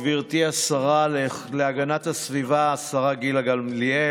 גברתי השרה להגנת הסביבה גילה גמליאל,